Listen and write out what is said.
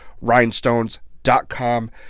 rhinestones.com